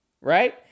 right